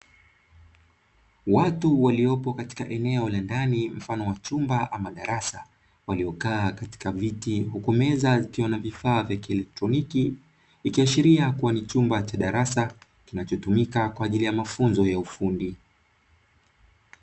Watu waliopo katika eneo la ndani mfano wa chumba ama darasa, waliokaa katika viti huku meza zikiwa na vifaa vya kielektroniki, ikiashiria kuwa ni chumba cha darasa kinachotumika kwa ajili ya mafunzo ya ufundi.